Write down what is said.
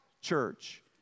church